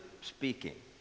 speaking